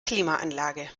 klimaanlage